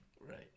Right